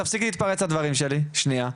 תפסיק להתפרץ לדברים שלי שנייה.